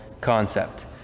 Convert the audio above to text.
concept